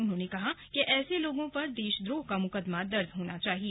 उन्होंने कहा कि ऐसे लोगों पर देशद्रोह का मुकदमा दर्ज होना चाहिए